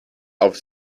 auf